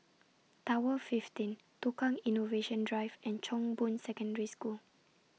Tower fifteen Tukang Innovation Drive and Chong Boon Secondary School